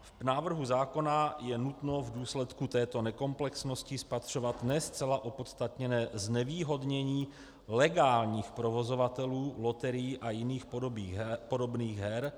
V návrhu zákona je nutno v důsledku této nekomplexnosti spatřovat ne zcela opodstatněné znevýhodnění legálních provozovatelů loterií a jiných podobných her.